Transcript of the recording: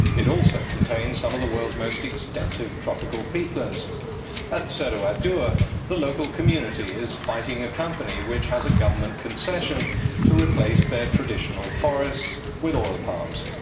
it also contains some of the world's most extensive tropical peatlands. at seruat dua the local community is fighting a company which has a government concession to replace their traditional forests with oil palms.